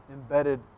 embedded